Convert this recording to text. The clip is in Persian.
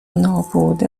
نابوده